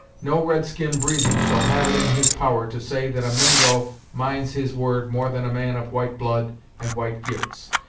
no red-skin breathing shall have it in his power to say that a mingo minds his word more than a man of white blood and white gifts,